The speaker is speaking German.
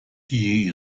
die